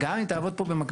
גם אם תעבוד פה במקביל,